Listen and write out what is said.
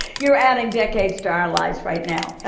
you're adding decades to our lives right now.